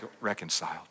reconciled